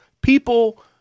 People